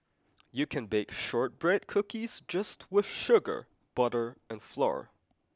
you can bake shortbread cookies just with sugar butter and flour